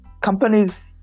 companies